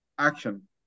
Action